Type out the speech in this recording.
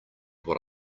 what